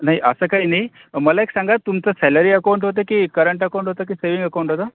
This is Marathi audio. नाही असं काही नाही मला एक सांगा तुमचं सॅलरी अकाउंट होतं की करंट अकाउंट होतं की सेविंग अकाउंट होतं